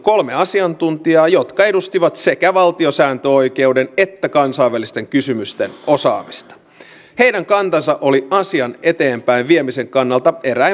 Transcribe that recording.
tiedän että moni kansalainen kritisoi sitä että miksi on lisäpanostuksia laitettu tämän kriisin hoitamiseen